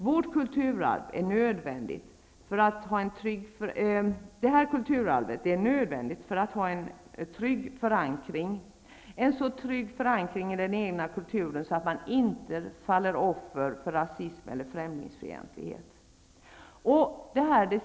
Vårt kulturarv är nödvändigt för att vi skall ha en trygg förankring, en så trygg förankring i den egna kulturen att vi inte faller offer för rasism eller främlingsfientlighet.